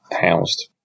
housed